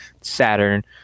Saturn